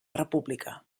república